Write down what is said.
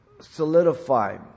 solidify